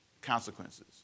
consequences